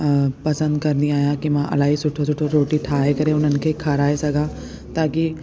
अ पसंदि कंदी आहियां की मां इलाही सुठी सुठी रोटी ठाहे करे उन्हनि खे खाराइ सघां ताकि